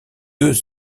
deux